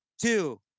two